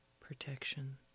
protection